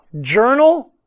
journal